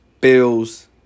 Bills